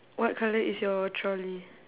what colour is your trolley